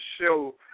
show